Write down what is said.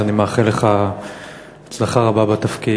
אז אני מאחל לך הצלחה רבה בתפקיד.